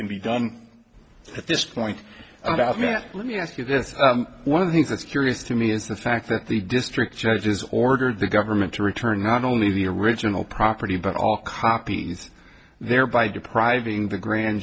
can be done at this point about me let me ask you this one of the things that's curious to me is the fact that the district judge has ordered the government to return not only the original property but all copies thereby depriving the grand